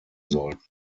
sollten